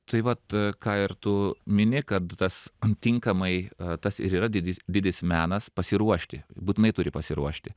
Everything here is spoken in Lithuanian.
tai vat ką ir tu mini kad tas tinkamai tas ir yra didis didis menas pasiruošti būtinai turi pasiruošti